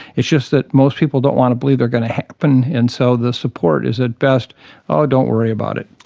it's just that most people don't want to believe they are going to happen and so the support is at best oh, don't worry about it.